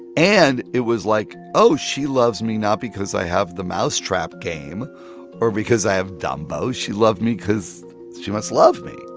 and it was like, oh, she loves me not because i have the mouse trap game or because i have dumbo. she loved me cause she must love me.